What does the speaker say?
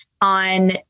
on